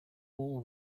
all